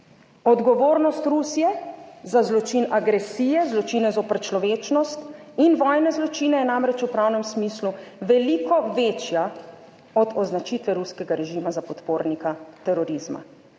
Odgovornost Rusije za zločin agresije, zločine zoper človečnost in vojne zločine je namreč v pravnem smislu veliko večja od označitve ruskega režima za podpornika terorizma.